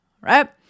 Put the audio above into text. right